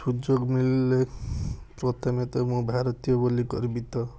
ସୁଯୋଗ ମିଳିରେ ପ୍ରଥମେ ତ ମୁଁ ଭାରତୀୟ ବୋଲି ଗର୍ବିତ